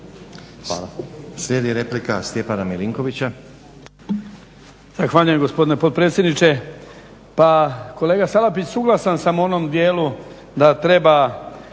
Hvala.